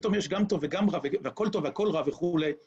פתאום יש גם טוב וגם רע והכל טוב והכל רע וכולי